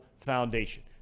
foundation